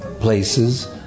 places